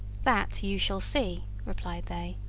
that you shall see replied they,